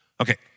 Okay